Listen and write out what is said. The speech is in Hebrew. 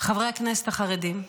חברי הכנסת החרדים,